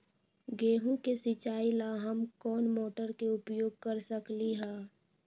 गेंहू के सिचाई ला हम कोंन मोटर के उपयोग कर सकली ह?